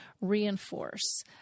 reinforce